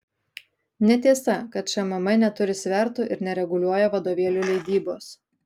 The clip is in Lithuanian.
netiesa kad šmm neturi svertų ir nereguliuoja vadovėlių leidybos